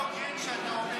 לא הוגן שאתה אומר,